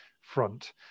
front